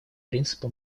принципа